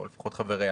או לפחות חבריה.